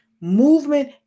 Movement